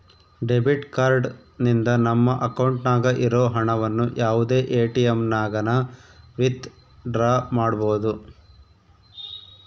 debit card ನಿಂದ ನಮ್ಮ ಅಕೌಂಟ್ನಾಗ ಇರೋ ಹಣವನ್ನು ಯಾವುದೇ ಎಟಿಎಮ್ನಾಗನ ವಿತ್ ಡ್ರಾ ಮಾಡ್ಬೋದು